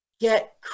get